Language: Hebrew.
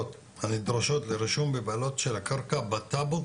הנדרשות לרישום בבעלות של הקרקע בטאבו,